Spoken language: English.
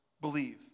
believe